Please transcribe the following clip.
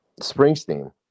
Springsteen